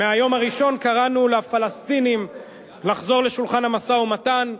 מהיום הראשון קראנו לפלסטינים לחזור לשולחן המשא-ומתן,